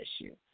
issue